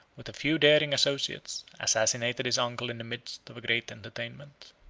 with a few daring associates, assassinated his uncle in the midst of a great entertainment.